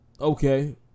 Okay